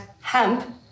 hemp